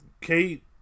Kate